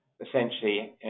essentially